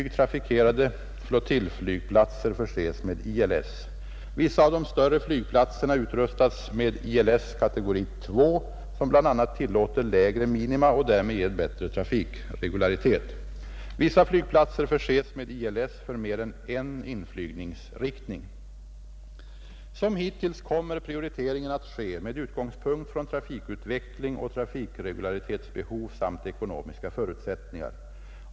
— Vissa av de större flygplatserna utrustas med ILS, kategori II, som bl.a. tillåter lägre minima och därmed ger bättre trafikregularitet. — Vissa flygplatser förses med ILS för mer än en inflygningsriktning. Som hittills kommer prioriteringen att ske med utgångspunkt i trafikutveckling och trafikregularitetsbehov samt ekonomiska förutsättningar.